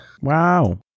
Wow